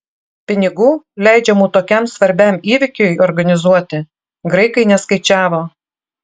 pinigų leidžiamų tokiam svarbiam įvykiui organizuoti graikai neskaičiavo